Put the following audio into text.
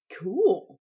Cool